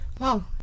Wow